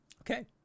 Okay